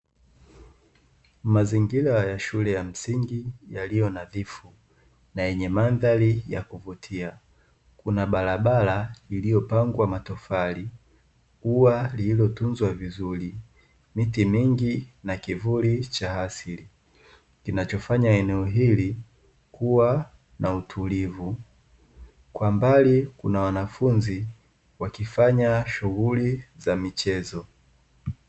Mazingira ya shule ya msingi yaliyo nadhifu na yenye mandhari ya kuvutia, kuna barabara iliyopangwa matofali, ua lililotunzwa vizuri, miti mingi na kivuli cha asili kinachofanya eneo hili kuwa na utulivu. Kwa mbali kuna wanafunzi wakifanya shughuli za michezo.